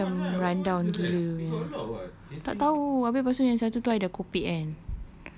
dia dah macam rundown gila punya tak tahu abeh lepas tu yang satu tu I dah kopek kan